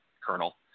Colonel